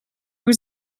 was